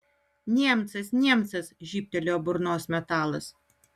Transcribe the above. niemcas niemcas žybtelėjo burnos metalas